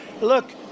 Look